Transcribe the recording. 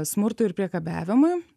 smurtui ir priekabiavimui